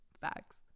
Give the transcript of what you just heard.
Facts